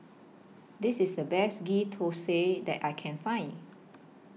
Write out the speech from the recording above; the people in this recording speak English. This IS The Best Ghee Thosai that I Can Find